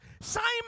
Simon